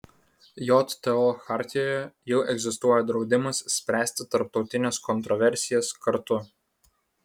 jto chartijoje jau egzistuoja draudimas spręsti tarptautines kontroversijas karu